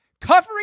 covering